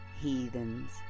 heathens